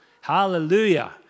hallelujah